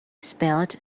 spelled